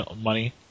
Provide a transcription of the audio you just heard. money